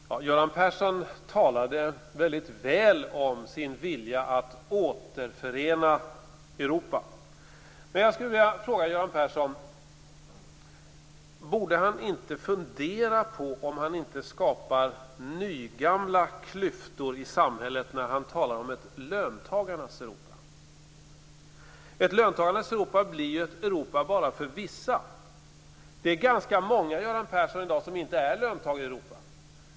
Herr talman! Göran Persson talade väldigt väl om sin vilja att återförena Europa. Jag skulle vilja ställa en fråga till Göran Persson. Borde han inte fundera på om han inte skapar nygamla klyftor i samhället när han talar om ett löntagarnas Europa? Ett löntagarnas Europa blir ju ett Europa bara för vissa. Det är ganska många, Göran Persson, som i dag inte är löntagare i Europa.